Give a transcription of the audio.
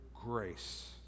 grace